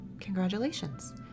Congratulations